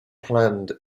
planned